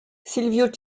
silvio